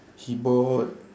he bought